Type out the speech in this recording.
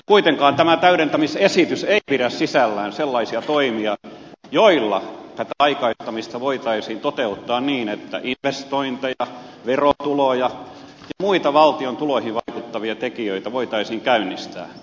kuitenkaan tämä täydentämisesitys ei pidä sisällään sellaisia toimia joilla tätä aikaistamista voitaisiin toteuttaa niin että investointeja verotuloja ja muita valtion tuloihin vaikuttavia tekijöitä voitaisiin käynnistää